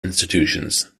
institutions